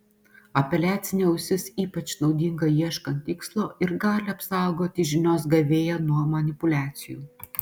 apeliacinė ausis ypač naudinga ieškant tikslo ir gali apsaugoti žinios gavėją nuo manipuliacijų